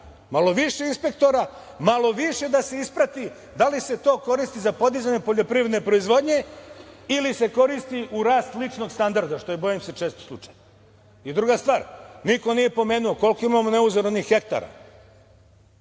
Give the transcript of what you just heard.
Malo više inspektora, malo više da se isprati da li se to koristi za podizanje poljoprivredne proizvodnje ili se koristi u rast ličnog standarda, što je, bojim se, čest slučaj. Druga stvar, niko nije pomenuo koliko imamo neuzoranih hektara.